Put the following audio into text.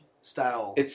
style